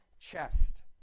chest